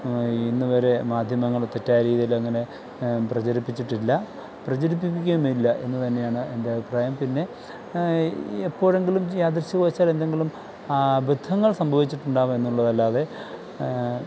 ഇന്നുവരെ മാധ്യമങ്ങള് തെറ്റായ രീതിയിലങ്ങനെ പ്രചരിപ്പിച്ചിട്ടില്ല പ്രചരിപ്പിക്കുകയുമില്ല എന്നു തന്നെയാണ് എന്റെ അഭിപ്രായം പിന്നെ എപ്പോഴെങ്കിലും യാദൃശ്ചിക വശാല് എന്തെങ്കിലും അത്ഭുതങ്ങള് സംഭവിച്ചിട്ടുണ്ടാകും എന്നുള്ളതല്ലാതെ